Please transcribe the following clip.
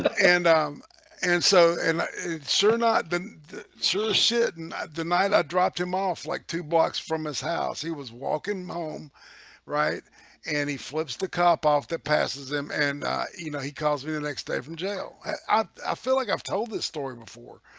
and um and so and it's er not the the sort of shit tonight, i dropped him off like two blocks from his house. he was walking home right and he flips the cop off that passes him and you know he calls me the next day from jail. i feel like i've told this story before